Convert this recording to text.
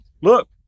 Look